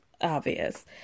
obvious